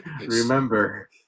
remember